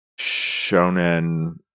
Shonen